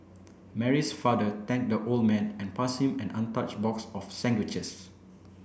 Mary's father thanked the old man and passed him an untouched box of sandwiches